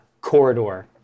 ...corridor